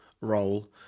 role